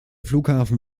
flughafen